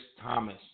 Thomas